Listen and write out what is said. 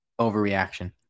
Overreaction